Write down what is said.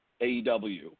AEW